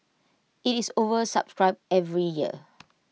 IT is oversubscribed every year